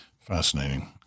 Fascinating